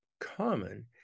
common